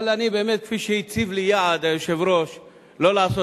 אבל כפי שהציב לי יעד היושב-ראש לא לעשות